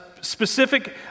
specific